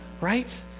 right